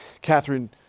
Catherine